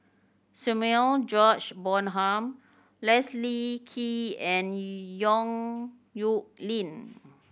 Samuel George Bonham Leslie Kee and Yong Nyuk Lin